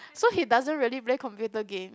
so he doesn't really play computer game